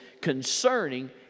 concerning